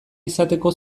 izateko